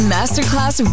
Masterclass